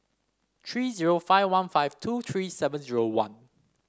three zero five one five two three seven zero one